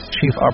Chief